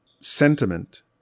sentiment